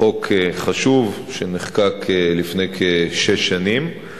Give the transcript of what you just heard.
חוק חשוב שנחקק לפני כשש שנים.